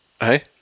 Hey